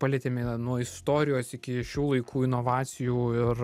palietėme nuo istorijos iki šių laikų inovacijų ir